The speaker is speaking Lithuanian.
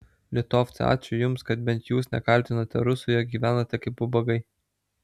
litovcai ačiū jums kad bent jūs nekaltinate rusų jog gyvenate kaip ubagai